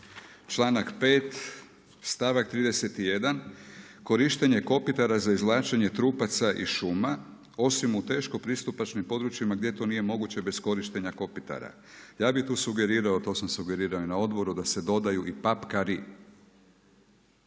članak 5. stavak 31. korištenje kopitara za izvlačenje trupaca iz šuma osim u teško pristupačnim područjima gdje to nije moguće bez korištenja kopitara. Ja bih tu sugerirao to sam sugerirao i na odboru da se dodaju i papkari.